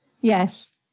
Yes